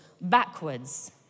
backwards